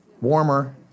Warmer